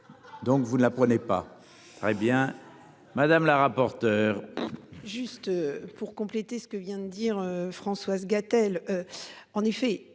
Donc vous ne la prenait pas très bien madame la. Rapporteure. Juste pour compléter ce que vient de dire Françoise Gatel. En effet